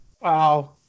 Wow